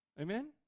Amen